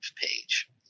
page